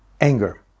anger